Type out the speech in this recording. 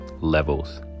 levels